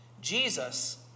Jesus